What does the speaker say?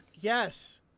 Yes